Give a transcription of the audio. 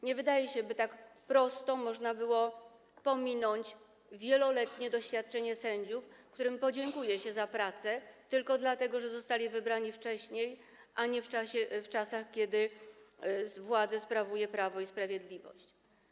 Nie wydaje się, by tak prosto można było pominąć wieloletnie doświadczenie sędziów, którym podziękuje się za pracę tylko dlatego, że zostali wybrani wcześniej, a nie w czasach, kiedy władzę sprawuje Prawo i Sprawiedliwość.